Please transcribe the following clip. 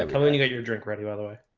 um coming at your drink ready by the way.